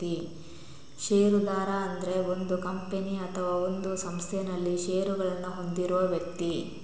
ಷೇರುದಾರ ಅಂದ್ರೆ ಒಂದು ಕಂಪನಿ ಅಥವಾ ಒಂದು ಸಂಸ್ಥೆನಲ್ಲಿ ಷೇರುಗಳನ್ನ ಹೊಂದಿರುವ ವ್ಯಕ್ತಿ